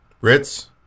Ritz